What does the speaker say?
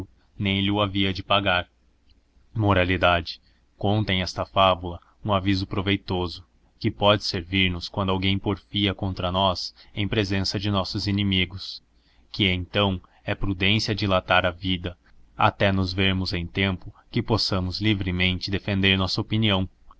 nem lho havia de pagar ontem esta fabula hum avi so proveitosa que pôde servir nos quando alguém porfia contra ruis em presença de ncsps inimigos que entaõ he prudência dilarar a vida j àté nos vêrpips eçi tempo que possamos livremente defender nossa opinião